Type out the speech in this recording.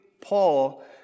Paul